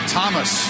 Thomas